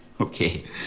Okay